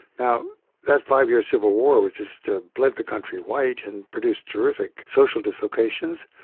now that five-year civil war which just ah bled the country white and produced terrific social dislocations.